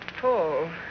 Paul